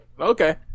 okay